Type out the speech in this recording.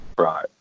right